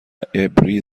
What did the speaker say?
عبری